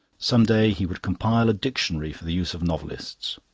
some day he would compile a dictionary for the use of novelists.